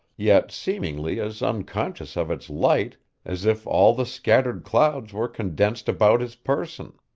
yet seemingly as unconscious of its light as if all the scattered clouds were condensed about his person.